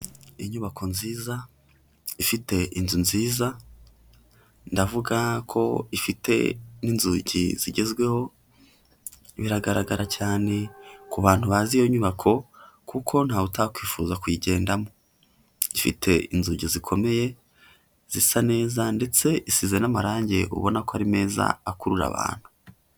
Inyubako nziza ifite inzu nziza, ndavuga ko ifite n'inzugi zigezweho, biragaragara cyane ku bantu bazi iyo nyubako kuko ntawe utakwifuza kuyigendamo, ifite inzugi zikomeye zisa neza, ndetse isize n'amarange ubona ko ari meza akurura abantu.